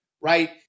right